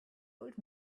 old